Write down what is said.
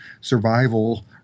survival